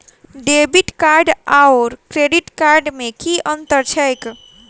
Debit card आओर credit card मे की अन्तर छैक?